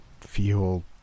feel